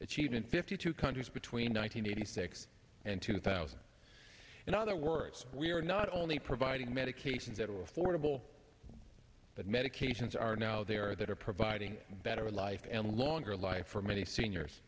achievement fifty two countries between one hundred eighty six and two thousand and other words we are not only providing medications that are affordable but medications are now there that are providing better life and longer life for many seniors